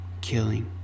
killing